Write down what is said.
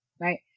right